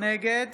נגד